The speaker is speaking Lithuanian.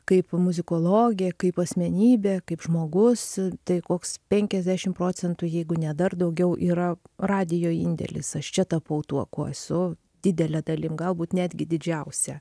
kaip muzikologė kaip asmenybė kaip žmogus tai koks penkiasdešim procentų jeigu ne dar daugiau yra radijo indėlis aš čia tapau tuo kuo esu didele dalim galbūt netgi didžiausia